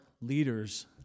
leaders